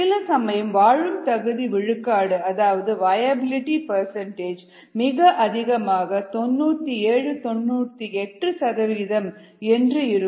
சில சமயம் வாழும் தகுதி விழுக்காடு அதாவது வியாபிலிடி பர்சன்டேஜ் மிக அதிகமாக 97 98 சதவிகிதம் என்று இருக்கும்